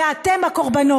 ואתם הקורבנות.